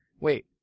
wait